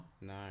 No